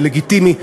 זה לגיטימי.